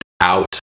out